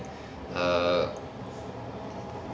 err